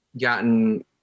gotten